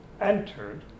entered